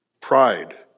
Pride